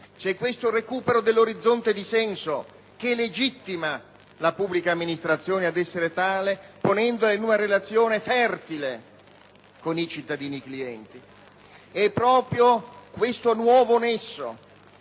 C'è questo recupero dell'orizzonte di senso che legittima la pubblica amministrazione ad essere tale, ponendola in una relazione fertile con i cittadini i clienti. Proprio questo nuovo nesso